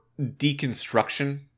deconstruction